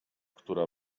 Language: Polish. która